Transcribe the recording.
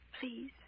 Please